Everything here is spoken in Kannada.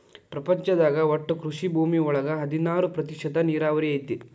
ಪ್ರಪಂಚದಾಗ ಒಟ್ಟು ಕೃಷಿ ಭೂಮಿ ಒಳಗ ಹದನಾರ ಪ್ರತಿಶತಾ ನೇರಾವರಿ ಐತಿ